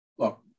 Look